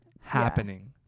happening